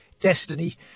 destiny